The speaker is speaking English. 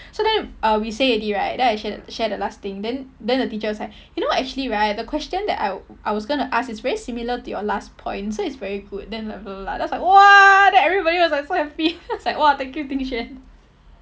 so then uh we say already right then I share the share the last thing then then the teacher is like you know actually right the question that I I was gonna ask is very similar to your last point so it's very good then like blah blah blah then I was like !wah! then everybody was like so happy I was like !wah! thank you ding xuan